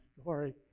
story